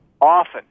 often